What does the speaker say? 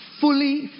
fully